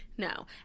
No